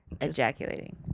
ejaculating